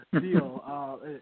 deal